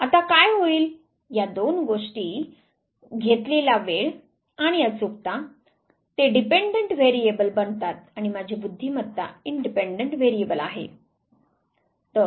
आता काय होईल या दोन गोष्टी घेतलेला वेळ आणि अचूकता ते डिपेंडंट व्हॅरिएबल बनतात आणि माझी बुद्धिमत्ता इंडिपेंडेंट व्हॅरिएबल आहे